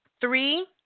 three